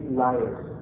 liars